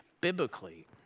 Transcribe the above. biblically